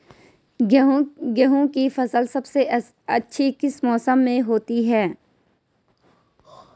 गेहूँ की फसल सबसे अच्छी किस मौसम में होती है